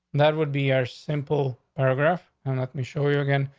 that would be our simple paragraph. and let me show you again.